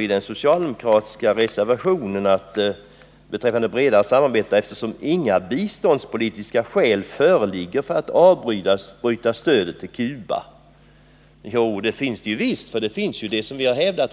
I den socialdemokratiska reservationen om bredare samarbete med Cuba står det bl.a. följande: ”Eftersom inga biståndspolitiska skäl föreligger ---.” Visst finns det sådana skäl.